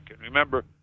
Remember